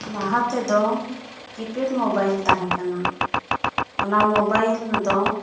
ᱞᱟᱦᱟ ᱛᱮᱫᱚ keypad mobile ᱛᱟᱦᱮᱸ ᱠᱟᱱᱟ ᱚᱱᱟ ᱢᱚᱵᱟᱭᱤᱞ ᱨᱮ ᱫᱚ